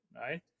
right